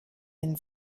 den